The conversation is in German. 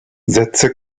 setze